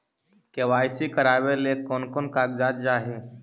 KYC करावे ले कोन कोन कागजात चाही?